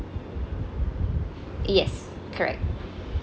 yes correct